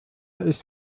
ist